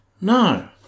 No